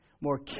more